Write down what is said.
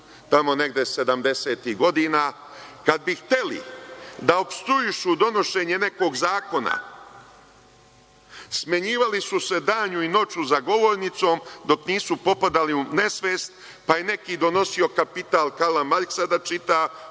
tamo negde sedamdesetih godina, kad bi hteli da opstruišu donošenje nekog zakona, smenjivali su se danju i noću za govornicom dok nisu popadali u nesvest, pa je neki donosio „Kapital“ Karla Marksa da čita,